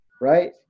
right